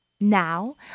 Now